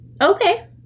okay